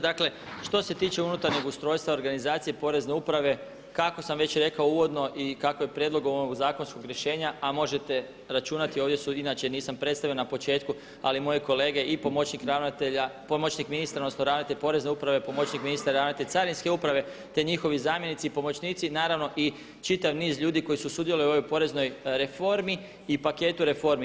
Dakle što se tiče unutarnjeg ustrojstva, organizacije porezne uprave kako sam već rekao uvodno i kao je prijedlogom ovog zakonskog rješenja a možete računati ovdje su, inače nisam predstavio na početku ali moje kolege i pomoćnik ministra odnosno ravnatelj porezne uprave, pomoćnik ministra ravnatelj carinske uprave te njihovi zamjenici i pomoćnici, naravno i čitav niz ljudi koji su sudjelovali u ovoj poreznoj reformi i paketu reformi.